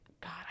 god